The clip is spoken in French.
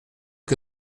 que